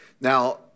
Now